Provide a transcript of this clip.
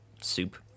soup